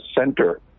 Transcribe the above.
center